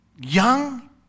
Young